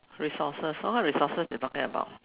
resources what kind of resources you talking about